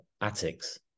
attics